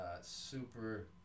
super